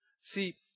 See